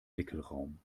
wickelraum